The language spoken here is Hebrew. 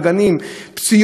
פציעות בראש,